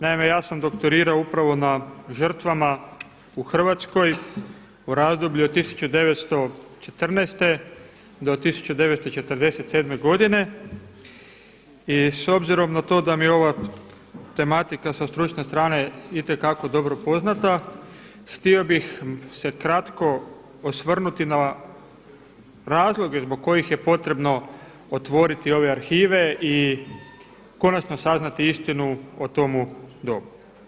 Naime, ja sam doktorirao upravo na žrtvama u Hrvatskoj u razdoblju od 1914. do 1947. godine i s obzirom na to da mi je ova tematika sa stručne stranke itekako dobro poznata htio bih se kratko osvrnuti na razloge zbog kojih je potrebno otvoriti ove arhive i konačno saznati istinu o tomu dobu.